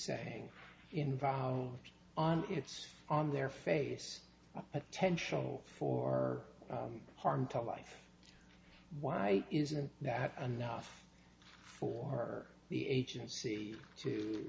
saying involved on its on their face potential for harm to life why isn't that enough for the agency to